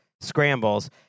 Scrambles